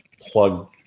plug